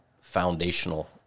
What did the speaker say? foundational